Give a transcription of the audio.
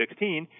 2016